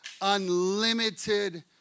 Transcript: unlimited